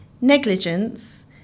negligence